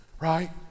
right